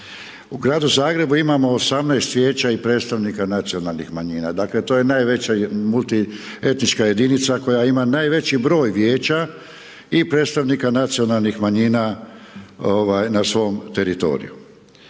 U gradu Zagrebu imamo 18 vijeća i predstavnika nacionalnih manjina. Dakle to je najveća multietnička jedinica koja ima najveći broj vijeća i predstavnika nacionalnih manjina na svom teritoriju.